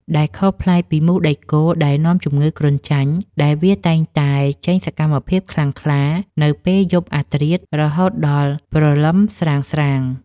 ដែលខុសប្លែកពីមូសដែកគោលដែលនាំជំងឺគ្រុនចាញ់ ដែលវាតែងតែចេញសកម្មភាពខ្លាំងក្លានៅពេលយប់អាធ្រាត្ររហូតដល់ព្រលឹមស្រាងៗ។